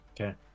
Okay